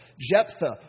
Jephthah